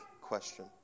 question